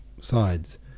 sides